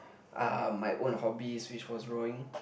uh my own hobbies which was drawing